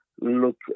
look